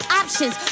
options